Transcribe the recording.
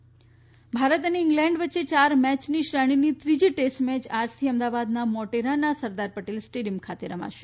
cricket match Ahmedabad Bharat અને England વચ્ચે યાર મેયની શ્રેણીની ત્રીજી ટેસ્ટ મેચ આજથી અમદાવાદના મોટેરાના સરદાર પટેલ સ્ટેડિયમ ખાતે રમાશે